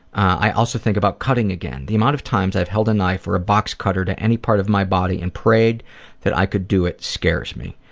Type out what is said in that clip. i also think about cutting again. the amount of times i've held a knife or a box cutter to any part of my body and prayed that i could do it scares me.